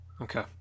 Okay